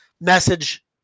message